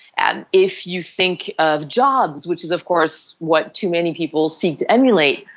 and if you think of jobs which is of course what too many people seem to emulate,